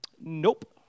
Nope